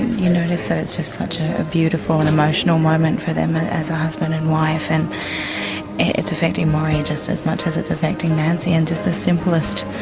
you notice that it's just such ah a beautiful and emotional moment for them and as a husband and wife, and it's affecting morrie just as much as it's affecting nancy, and just the simplest,